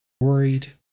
worried